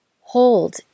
Hold